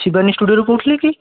Shivani studio ରୁ କହୁଥିଲେ କି